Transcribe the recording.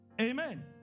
Amen